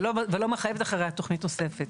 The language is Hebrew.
ולא מחייבת אחריה תוכנית נוספת.